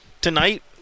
Tonight